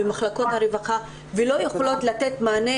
במחלקות הרווחה ולא יכולות לתת מענה